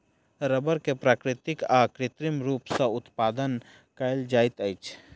रबड़ के प्राकृतिक आ कृत्रिम रूप सॅ उत्पादन कयल जाइत अछि